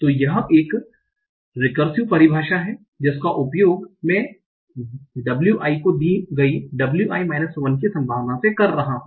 तो यह एक recursive परिभाषा है जिसका उपयोग मैं wi को दी गई wi माइनस 1 की संभावना से कर रहा हूँ